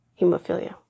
hemophilia